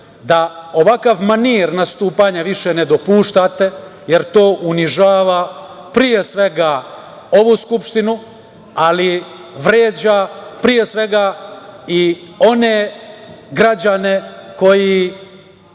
da ovakav manir nastupanja više ne dopuštate, jer to unižava, pre svega ovu Skupštinu, ali vređa pre svega i one građane koji